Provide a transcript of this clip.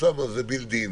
אוסאמה זה בילט-אין,